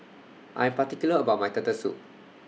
I Am particular about My Turtle Soup